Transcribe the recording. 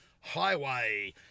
highway